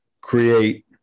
create